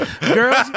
Girls